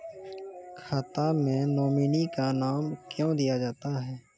खाता मे नोमिनी का नाम क्यो दिया जाता हैं?